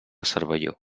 cervelló